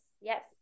yes